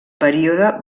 període